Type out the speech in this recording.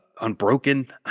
unbroken